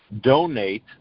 donate